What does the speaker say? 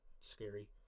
scary